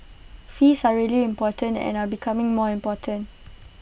fees are really important and are becoming more important